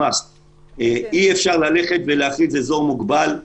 מאז שזה התחיל לנצנץ לכם ככתום והופך מהר מאוד להיות